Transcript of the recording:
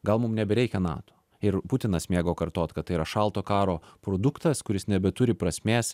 gal mum nebereikia nato ir putinas mėgo kartot kad tai yra šalto karo produktas kuris nebeturi prasmės